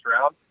round